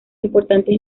importantes